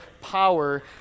power